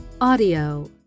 audio